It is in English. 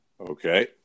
Okay